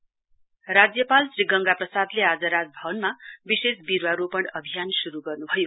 governor राज्यपाल श्री गंगा प्रसादले आज राजभवनमा विशेष विरुवा रोपण अभियान शुरु गर्नुभयो